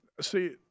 See